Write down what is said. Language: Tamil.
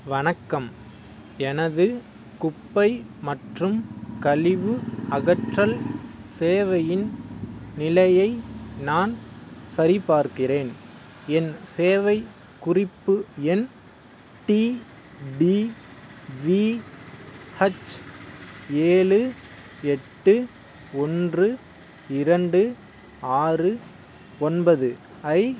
வணக்கம் எனது குப்பை மற்றும் கழிவு அகற்றல் சேவையின் நிலையை நான் சரிபார்க்கிறேன் என் சேவை குறிப்பு எண் டிடிவிஹச் ஏழு எட்டு ஒன்று இரண்டு ஆறு ஒன்பது ஐப்